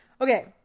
Okay